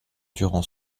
durant